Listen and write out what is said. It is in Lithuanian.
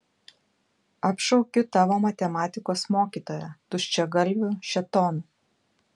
apšaukiu tavo matematikos mokytoją tuščiagalviu šėtonu